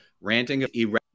ranting